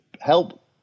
help